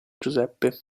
giuseppe